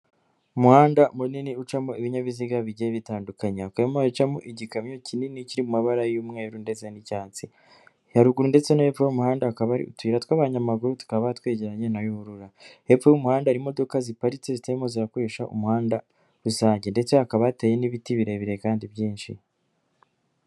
Umuhanda munini ucamo ibinyabiziga bigiye bitandukanye. Hakaba harimo haracamo igikamyo kinini ki mu mabara y'umweru ndetse n'icyansi. Haruguru ndetse no hepfo y'umuhandaba hakaba hari utuyira tw'abanyamaguru tukaba twegeranye na ruhurura. Hepfo y'umuhanda hari imodoka ziparitse zitarimo zirakoresha umuhanda rusange. Ndetse hakaba hateye n'ibiti birebire kandi byinshi.